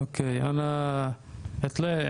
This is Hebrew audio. איזה איום היה?